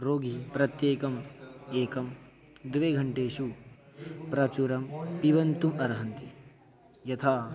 रोगि प्रत्येकम् एकं द्वे घण्टेषु प्रचुरं पिबन्तुम् अर्हन्ति यथा